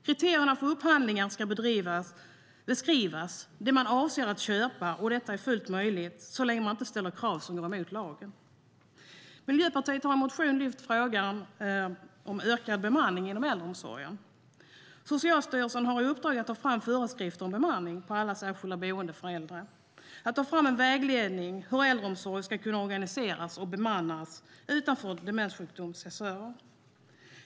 Kriterierna för upphandlingar ska beskriva det man avser att köpa, och detta är fullt möjligt så länge man inte ställer krav som går emot lagen. Miljöpartiet har i en motion lyft frågan om ökad bemanning inom äldreomsorgen. Socialstyrelsen har i uppdrag att ta fram föreskrifter om bemanning på alla särskilda boenden för äldre. Att ta fram en vägledning för hur äldreomsorg ska kunna organiseras och bemannas utanför demenssjukdom ses över.